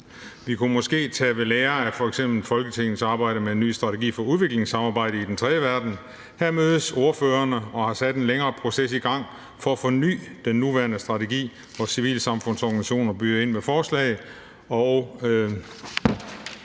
Vi kunne måske tage ved lære af f.eks. Folketingets arbejde med en ny strategi for udviklingssamarbejde i den tredje verden. Her mødes ordførerne, der har sat en længere proces i gang for at forny den nuværende strategi, og civilsamfundsorganisationer byder ind med forslag.